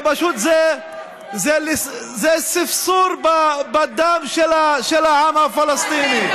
זה ספסור בדם של העם הפלסטיני.